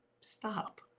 stop